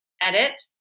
Edit